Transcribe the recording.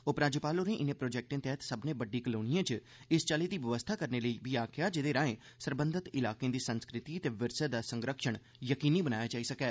उपराज्यपाल होरें इनें प्रोजेक्टें तैह्त सब्मनें बड्डी कलोनिएं च इस चाल्ली दी बवस्था करने लेई बी आखेआ जेह्दे राएं सरबंघत इलाकें दी संस्कृति ते विरसे दा संरक्षण यकीनी बनाया जाई सकै